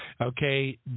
Okay